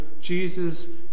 Jesus